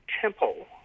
temple